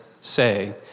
say